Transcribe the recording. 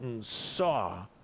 saw